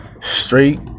Straight